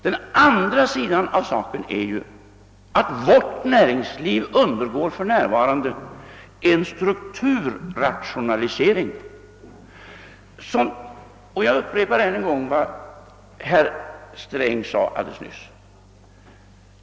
Den andra sidan är att vårt näringsliv för närvarande undergår en strukturrationalisering. Jag upprepar än en gång vad herr Sträng sade alldeles nyss.